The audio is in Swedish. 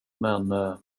men